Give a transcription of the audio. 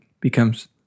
becomes